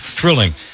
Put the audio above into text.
thrilling